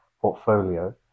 portfolio